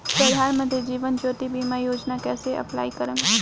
प्रधानमंत्री जीवन ज्योति बीमा योजना कैसे अप्लाई करेम?